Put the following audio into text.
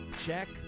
Check